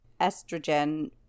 estrogen